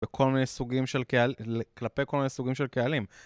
כל מיני סוגים של קהל, כלפי כל מיני סוגים של קהלים.